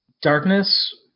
darkness